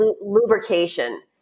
lubrication